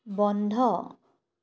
বন্ধ